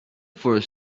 for